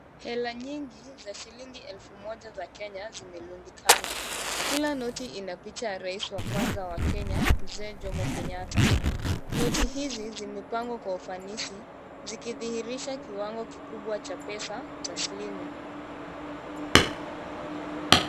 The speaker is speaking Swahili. Hela nyingi za shilingi elfu moja za Kenya zimerundikana. Kila noti ina picha ya rais wa kwanza wa Kenya Mzee Jomo Kenyatta. Noti hizi zimepangwa kwa ufanisi zikidhihirisha kiwango kikubwa cha pesa taslimu.